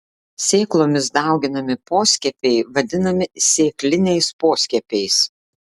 sėklomis dauginami poskiepiai vadinami sėkliniais poskiepiais